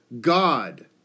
God